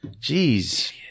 Jeez